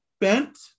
bent